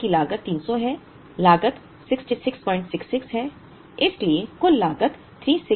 order की लागत 300 है लागत 6666 है इसलिए कुल लागत 36666 है